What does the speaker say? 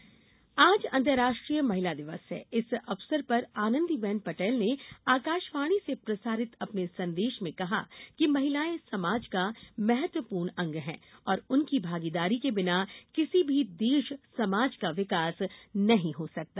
महिला दिवस राज्यपाल आज अंतरराष्ट्रीय महिला दिवस है इस अवसर पर आनंदीबेन पटेल ने आकाशवाणी से प्रसारित अपने संदेश में कहा कि महिलाएं समाज का महत्वपूर्ण अंग है और उनकी भागीदारी के बिना किसी भी देश समाज का विकास नहीं हो सकता